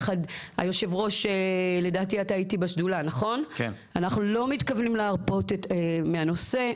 אנחנו לא מתכוונים להרפות מהנושא.